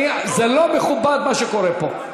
זה לא מכובד, מה שקורה פה.